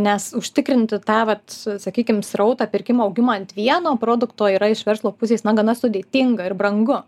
nes užtikrinti tą vat sakykim srautą pirkimo augimą ant vieno produkto yra iš verslo pusės na gana sudėtinga ir brangu